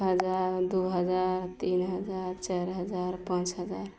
एक हजार दू हजार तीन हजार चारि हजार पॉँच हजार